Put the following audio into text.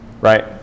right